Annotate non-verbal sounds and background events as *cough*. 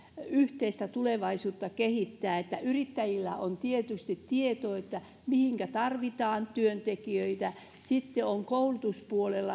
yhteistä tulevaisuutta kehittää kun yrittäjillä on tietysti tieto mihinkä tarvitaan työntekijöitä ja sitten koulutuspuolella *unintelligible*